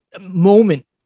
moment